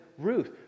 Ruth